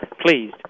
please